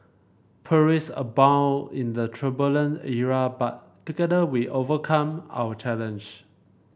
perils abound in that turbulent era but together we overcame our challenge